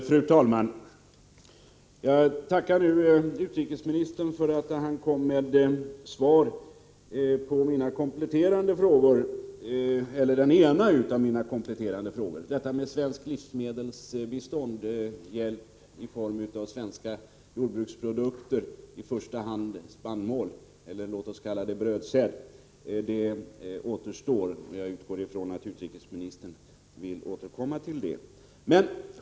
Fru talman! Jag tackar utrikesministern för att han svarade på den ena av mina kompletterande frågor. Frågan om svenskt livsmedelsbistånd, dvs. u-hjälp i form av svenska jordbruksprodukter — i första hand brödsäd — återstår. Jag utgår ifrån att utrikesministern vill återkomma till detta.